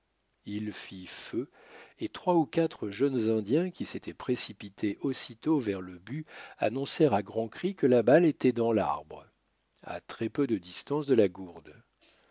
il fit feu et trois ou quatre jeunes indiens qui s'étaient précipités aussitôt vers le but annoncèrent à grands cris que la balle était dans l'arbre à très peu de distance de la gourde